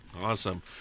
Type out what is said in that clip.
Awesome